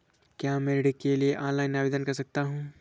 क्या मैं ऋण के लिए ऑनलाइन आवेदन कर सकता हूँ?